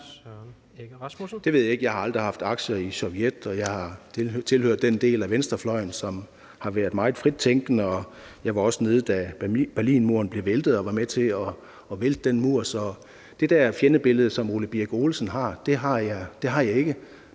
Det ved jeg ikke. Jeg har aldrig haft aktier i Sovjet. Jeg tilhører den del af venstrefløjen, som har været meget frit tænkende, og jeg var også nede, da Berlinmuren blev væltet, og jeg var med til at vælte den mur. Det der fjendebillede, som hr. Ole Birk Olesen har, har jeg ikke,